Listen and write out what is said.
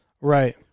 Right